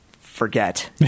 forget